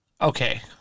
okay